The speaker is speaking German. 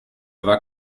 war